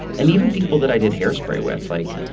and even people that i did hairspray with, like,